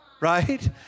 right